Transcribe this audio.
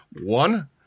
One